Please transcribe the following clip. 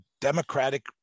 democratic